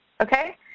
Okay